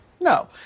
No